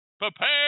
Prepare